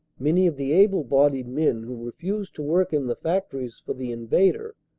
many of the able-bodied men, who refused to work in the factories for the invader,